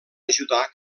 ajudar